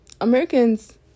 Americans